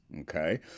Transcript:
okay